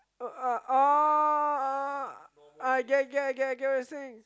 uh uh oh I get I get I get what you are saying